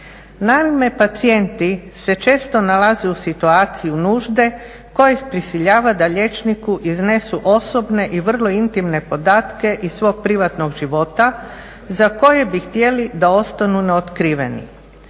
Naime pacijenti se često nalaze u situaciji nužde koji ih prisiljava da liječniku iznesu osobne i vrlo intimne podatke iz svog privatnog života za koje bi htjeli da ostanu neotkriveni.